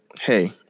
Hey